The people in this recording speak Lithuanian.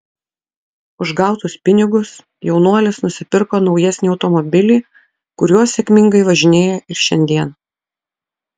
už gautus pinigus jaunuolis nusipirko naujesnį automobilį kuriuo sėkmingai važinėja ir šiandien